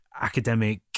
academic